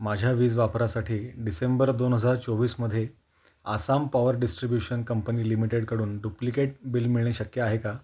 माझ्या वीज वापरासाठी डिसेंबर दोन हजार चोवीसमध्ये आसाम पॉवर डिस्ट्रिब्युशन कंपनी लिमिटेडकडून डुप्लिकेट बिल मिळणे शक्य आहे का